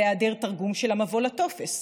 בלי תרגום של המבוא לטופס,